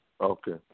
Okay